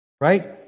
right